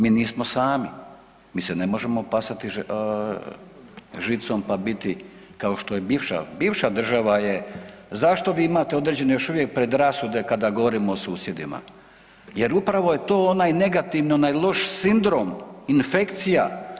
Mi nismo sami, mi se ne možemo pasati žicom, pa biti kao što je bivša, bivša država je, zašto vi imate određene još uvijek predrasude kada govorimo o susjedima, jer upravo je to onaj negativan, onaj loš sindrom, infekcija.